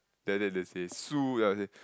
then after that they say sue ah I say